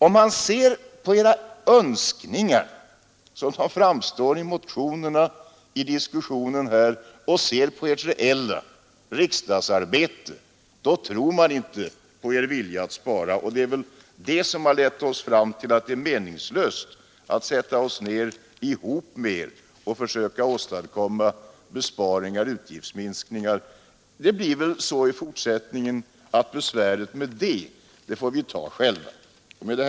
Om man ser på era önskningar som de framstår i motionerna och i diskussionen här och sedan ser på ert reella riksdagsarbete tror man inte på er vilja att spara. Det är det som lett oss fram till att det är meningslöst att sätta oss ned, ihop med er, och försöka åstadkomma besparingar. Det blir väl så även i fortsättningen att vi själva får ta besväret med det.